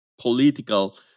political